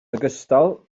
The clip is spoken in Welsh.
ogystal